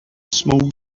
small